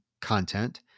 content